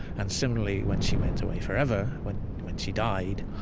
and similarly, when she went away forever, when when she died,